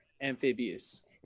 amphibious